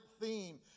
theme